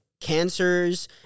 cancers